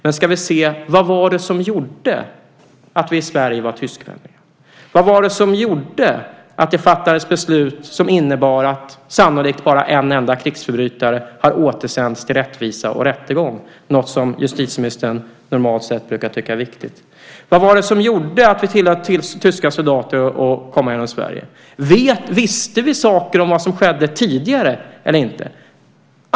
Men vad var det som gjorde att vi i Sverige var tyskvänliga? Vad var det som gjorde att det fattades beslut som innebar att sannolikt bara en enda krigsförbrytare har återsänts till rättvisa och rättegång, något som justitieministern normalt sett brukar tycka är viktigt? Vad var det som gjorde att vi tillät tyska soldater att åka genom Sverige? Visste vi saker om vad som skedde tidigare eller inte?